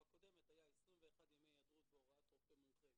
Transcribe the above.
בקודמת היו 21 ימי היעדרות בהוראת רופא מומחה